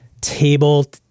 table –